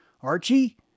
Archie